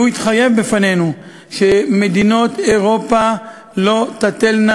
והוא התחייב בפנינו שמדינות אירופה לא תטלנה